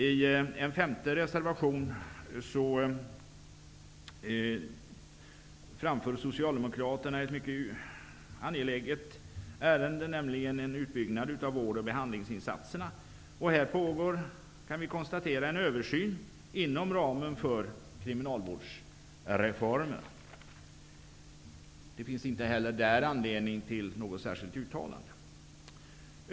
I reservation 5 framför de socialdemokratiska ledamöterna i utskottet ett mycket angeläget ärende, nämligen en utbyggnad av vård och behandlingsinsatserna. Vi kan konstatera att en översyn pågår inom ramen för kriminalvårdsreformen. Det finns inte heller i detta sammanhang anledning till något särskilt uttalande.